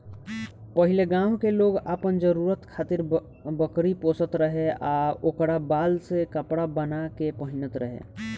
पहिले गांव के लोग आपन जरुरत खातिर बकरी पोसत रहे आ ओकरा बाल से कपड़ा बाना के पहिनत रहे